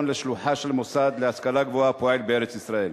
לשלוחה של מוסד להשכלה גבוהה הפועל בארץ אחרת.